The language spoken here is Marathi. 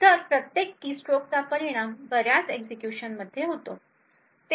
तर प्रत्येक कीस्ट्रोकचा परिणाम बऱ्याच एक्झिक्युशन मध्ये होतो